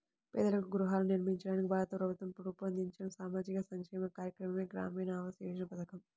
పేదలకు గృహాలను నిర్మించడానికి భారత ప్రభుత్వం రూపొందించిన సామాజిక సంక్షేమ కార్యక్రమమే గ్రామీణ ఆవాస్ యోజన పథకం